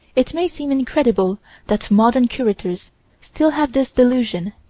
it may seem incredible that modern curators still have this delusion,